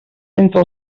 entre